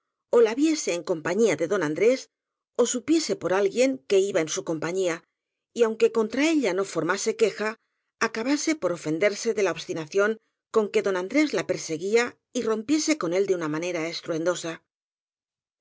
ó la viese en compañía de don andrés ó supiese por alguien que iba en su compa ñía y aunque contra ella no formase queja acabase por ofenderse de la obstinación con que don an drés la perseguía y rompiese con él de una manera estruendosa